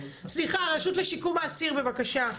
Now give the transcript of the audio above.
סליחה, הרשות לשיקום האסיר, בבקשה.